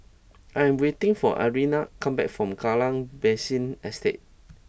I am waiting for Arlyne come back from Kallang Basin Estate